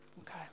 Okay